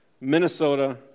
Minnesota